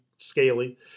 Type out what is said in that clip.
Scaly